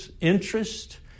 interest